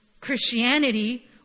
Christianity